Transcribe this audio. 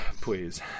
Please